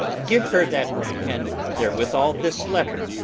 give her that ring, and therewithal this letter.